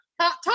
talk